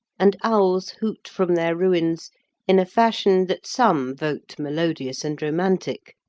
and owls hoot from their ruins in a fashion that some vote melodious and romantic,